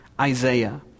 Isaiah